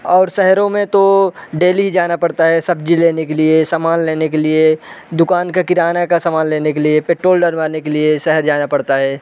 और शहरों में तो डेली ही जाना पड़ता है सब्ज़ी लेने के लिए सामान लेने के लिए दुकान का किराने का सामान लेने के लिए पेट्रोल डलवाने के लिए शहर जाना पढ़ता है